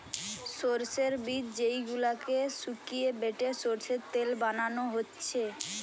সোর্সের বীজ যেই গুলাকে শুকিয়ে বেটে সোর্সের তেল বানানা হচ্ছে